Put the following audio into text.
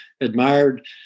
admired